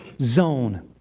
zone